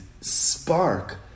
spark